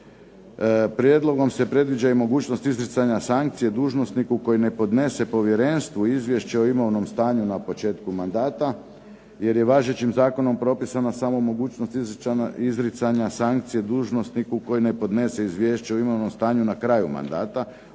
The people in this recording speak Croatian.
Prijedlogom se predviđa i mogućnost izricanja sankcije dužnosti koji ne podnese povjerenstvu izvješće o imovnom stanju na početku mandata, jer je važećim zakonom propisana sama mogućnost izricanja sankcije dužnosniku koji ne podnese izvješće o imovnom stanju na kraju mandata,